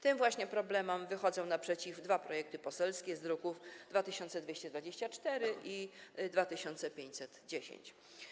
Tym właśnie problemom wychodzą naprzeciw dwa projekty poselskie z druków nr 2224 i 2510.